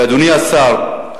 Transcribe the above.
ואדוני השר,